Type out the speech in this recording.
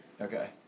Okay